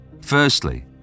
Firstly